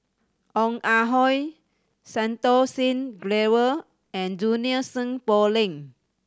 Ong Ah Hoi Santokh Singh Grewal and Junie Sng Poh Leng